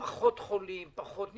פחות חולים, פחות נדבקים,